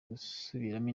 gusubiramo